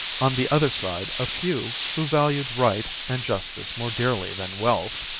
on the other side a few, who valued right and justice more dearly than wealth,